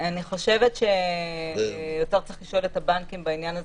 אני חושבת שצריך יותר לשאול את הבנקים בעניין הזה.